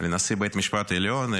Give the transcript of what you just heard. לנשיא בית המשפט העליון,